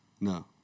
No